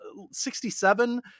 67